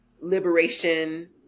liberation